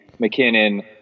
McKinnon